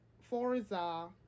Forza